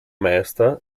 meister